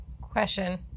Question